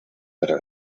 para